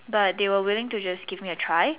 but they were willing to just give me a try